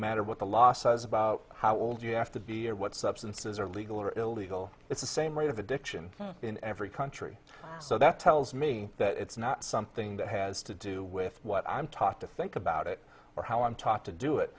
matter what the law says about how old you have to be or what substances are legal or illegal it's the same rate of addiction in every country so that tells me that it's not something that has to do with what i'm taught to think about it or how i'm taught to do it